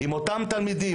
אם אותם תלמידים,